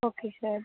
okay sir